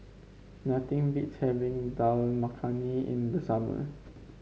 nothing beats having Dal Makhani in the summer